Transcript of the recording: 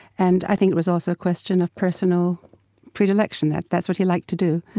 and i think it was also a question of personal predilection, that that's what he liked to do.